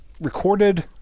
recorded